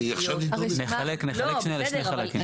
נחלק שנייה לשני חלקים.